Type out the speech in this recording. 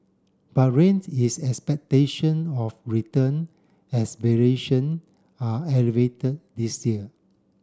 but reins is expectation of return as valuation are elevated this year